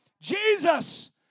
Jesus